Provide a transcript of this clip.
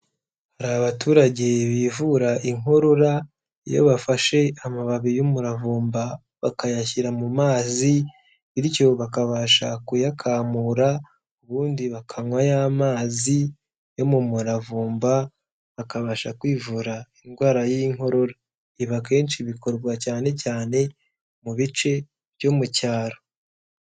Hari abaturage bivura inkorora, iyo bafashe amababi y'umuravumba bakayashyira mu mazi bityo bakabasha kuyayakamura, ubundi bakanywa ya mazi yo mu muravumba bakabasha kwivura indwara y'inkorora. Ibi akenshi bikorwa cyane cyane mu bice byo mu cyaro.